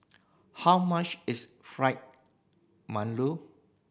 how much is Fried Mantou